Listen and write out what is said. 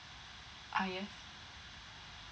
uh yes